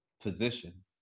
position